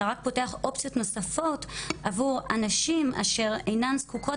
אלא רק פותח אופציות נוספות עבור הנשים אשר אינן זקוקות